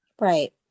right